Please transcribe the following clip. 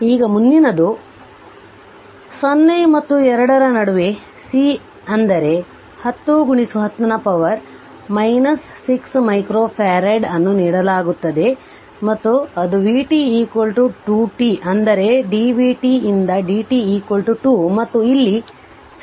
ಈಗ ಮುಂದಿನದು 0 ಮತ್ತು 2 ರ ನಡುವೆ C ಅಂದರೆ 10 10 ನ ಪವರ್ 6 ಮೈಕ್ರೊಫರಾಡ್ ಅನ್ನು ನೀಡಲಾಗುತ್ತದೆ ಮತ್ತು ಅದು vt 2 t ಅಂದರೆ dvt ರಿಂದ dt 2 ಮತ್ತು ಇಲ್ಲಿ C dvdt ಅದು 2 ಆಗಿದೆ